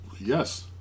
yes